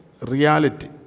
Reality